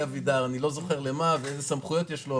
אני לא זוכר למה ואיזה סמכויות יש לו,